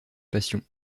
passion